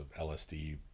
LSD